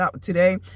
today